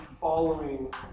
following